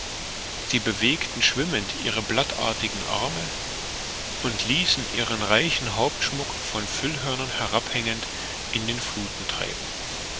sie bewegten schwimmend ihre vier blattartigen arme und ließen ihren reichen hauptschmuck von fühlhörnern herabhängend in den fluthen treiben